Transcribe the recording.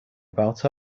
about